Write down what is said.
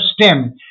STEM